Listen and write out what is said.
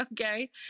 Okay